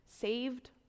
Saved